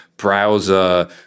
browser